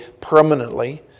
permanently